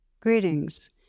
Greetings